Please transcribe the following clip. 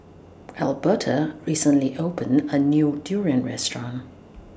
Alberta recently opened A New Durian Restaurant